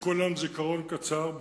לכולם זיכרון קצר.